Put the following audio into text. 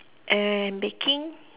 and baking